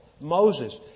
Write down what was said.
Moses